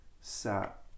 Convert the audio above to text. sat